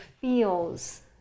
feels